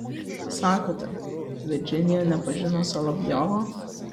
sakote virdžinija nepažino solovjovo